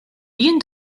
jien